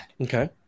Okay